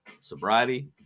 sobriety